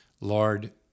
Lord